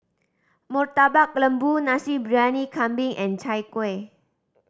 Murtabak Lembu Nasi Briyani Kambing and Chai Kueh